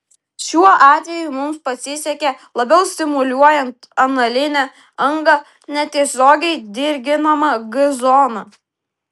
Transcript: šiuo atveju mums pasisekė labiau stimuliuojant analinę angą netiesiogiai dirginama g zona